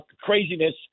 craziness